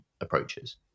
approaches